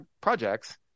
projects